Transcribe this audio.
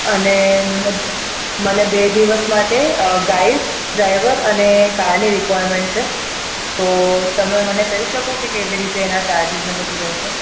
અને મને મને બે દિવસ માટે ગાઈડ ડ્રાઈવર અને કારની રિકવાયરમેન્ટ છે તો તમે મને કહી શકો કે કેવી રીતે એના ચાર્જીસને બધું રહેશે